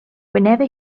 whenever